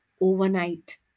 overnight